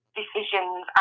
decisions